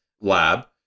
lab